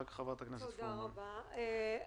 צריך להפוך את בית הספר של החופש הגדול ל-א' עד ו',